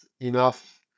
enough